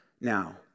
now